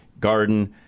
garden